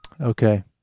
Okay